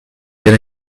can